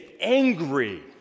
angry